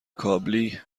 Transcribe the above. کابلی